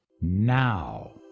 now